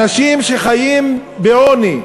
אנשים שחיים בעוני,